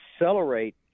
accelerate